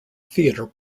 theatre